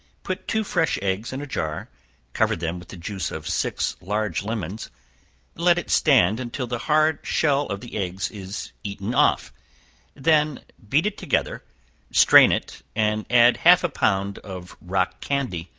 put two fresh eggs in a jar cover them with the juice of six large lemons let it stand until the hard shell of the eggs is eaten off then beat it together strain it, and add half a pound of rock candy,